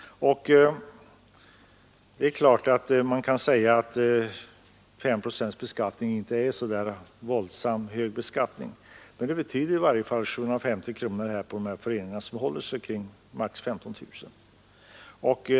Man kan naturligtvis säga att 5 procents beskattning inte är så våldsamt mycket, men det betyder i alla fall 750 kronor för de föreningar som håller sig kring maximalt 15 000 kronor.